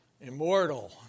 immortal